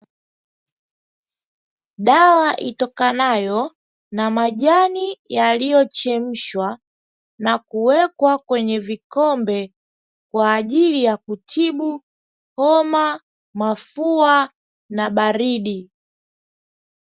Dawa itokanayo na majani yaliyochemshwa na kuwekwa kwenye vikombe kwa ajili ya kutibu homa, mafua na baridi.